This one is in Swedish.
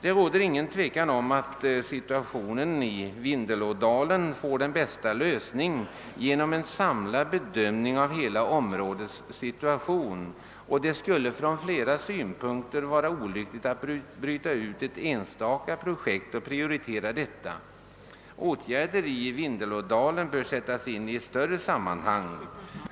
Det råder inget tvivel om att situationen i Vindelådalen får den bästa lös ningen genom en samlad bedömning av hela områdets situation, och det skulle från flera synpunkter vara olyckligt att bryta ut ett enstaka projekt och prioritera detta. Åtgärder i Vindelådalen bör sättas in i ett större sammanhang.